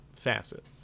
facet